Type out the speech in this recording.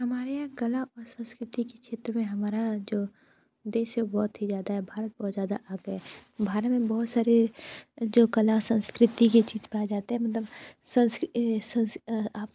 हमारे यहाँ कला और संस्कृति के क्षेत्र में हमारा जो देश है बहुत ही ज़्यादा है भारत बहुत ज़्यादा आगे है भारत में बहुत सारे जो कला संस्कृति की चीज़ पाई जाती हैं मतलब